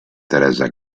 teresa